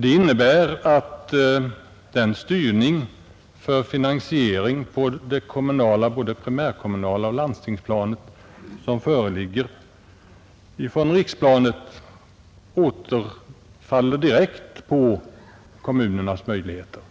Det innebär att den styrning av både den primärkommunala och den landstingskommunala finansieringen som utövas från riksplanet direkt återfaller på kommunernas möjligheter